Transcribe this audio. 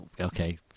okay